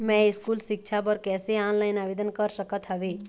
मैं स्कूल सिक्छा बर कैसे ऑनलाइन आवेदन कर सकत हावे?